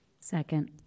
Second